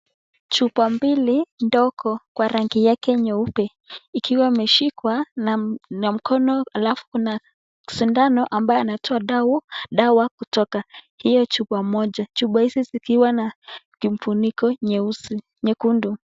Chupa mbili ndogo kwa rangi yake nyeupe ikiwa imeshikwa na mkono alafu kuna sindano anatoa dawa kutoka hiyo chupa moja. Chupa hizi zikiwa na kifuniko nyeusi, nyekundu